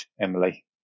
Emily